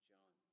John